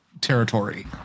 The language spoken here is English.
territory